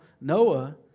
Noah